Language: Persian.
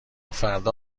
فردا